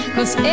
Cause